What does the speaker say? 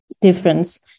difference